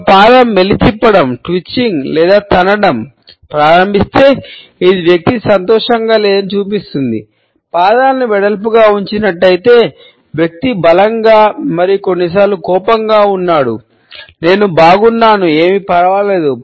ఒక పాదం మెలితిప్పడం ప్రారంభిస్తే ఇది వ్యక్తి సంతోషంగా లేదని చూపిస్తుంది పాదాలను వెడల్పుగా ఉంచినట్లయితే వ్యక్తి బలంగా మరియు కొన్నిసార్లు కోపంగా ఉన్నాడు నేను బాగున్నాను ఏమి పర్వాలేదు